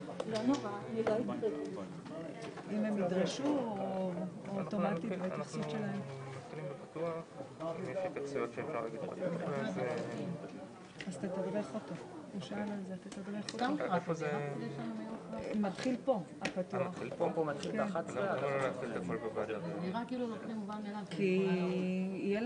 10:30.